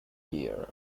year